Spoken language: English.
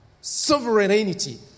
sovereignty